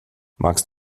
magst